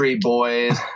Boys